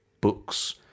books